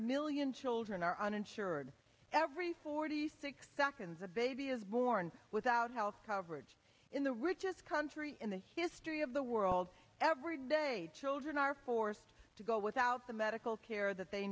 million children are uninsured every forty six seconds a baby is born without health coverage in the richest country in the history of the world every day children are forced to go without the medical care that they